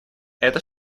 эта